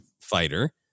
fighter